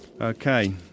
Okay